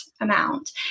amount